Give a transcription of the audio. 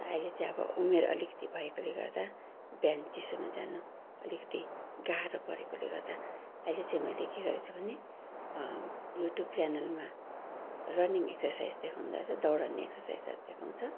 अहिले चाहिँ अब उमेर अलिकति भएकोले गर्दा बिहान चिसोमा जानु अलिकति गाह्रो परेकोले गर्दा अहिले चाहिँ मैले के गरेको छु भने युट्युब च्यानलमा रनिङ एक्ससाइज देखाउँदो रहेछ दौडने एक्ससाइजहरू देखाउँछ